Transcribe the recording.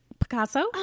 Picasso